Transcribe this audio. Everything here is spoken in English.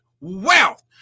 wealth